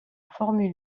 formule